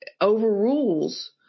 overrules